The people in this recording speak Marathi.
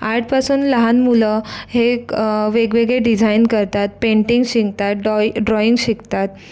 आर्टपासून लहान मुलं हे वेगवेगळे डिझाईन करतात पेंटिंग्स शिकतात डॉई ड्रॉईंग शिकतात